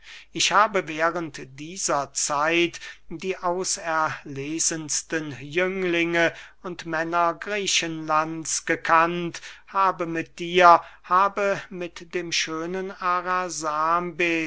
ich habe während dieser zeit die auserlesensten jünglinge und männer griechenlands gekannt habe mit dir habe mit dem schönen